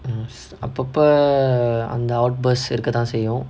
mm அப்பப்ப அந்த:apappa antha out bus இருக்கதா செய்யும்:irukkathaa seiyum